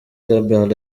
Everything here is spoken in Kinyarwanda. chamberlain